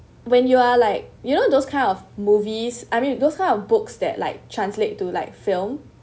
when you are like you know those kind of movies I mean those kind of books that like translate to like film